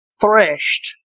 threshed